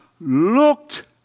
looked